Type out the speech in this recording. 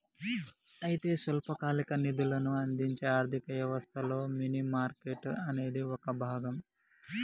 అయితే స్వల్పకాలిక నిధులను అందించే ఆర్థిక వ్యవస్థలో మనీ మార్కెట్ అనేది ఒక భాగం